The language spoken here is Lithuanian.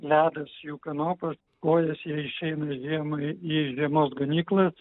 ledas jų kanopas kojas jie išeina žiemą į žiemos ganyklas